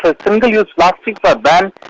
ah single use plastic but but